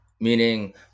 meaning